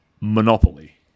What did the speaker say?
Monopoly